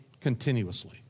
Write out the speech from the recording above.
continuously